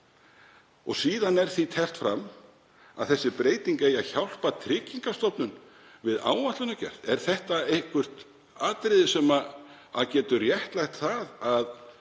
Síðan er því teflt fram að þessi breyting eigi að hjálpa Tryggingastofnun við áætlunargerð. Er þetta eitthvert atriði sem getur réttlætt það að